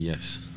Yes